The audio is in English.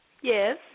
Yes